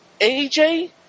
AJ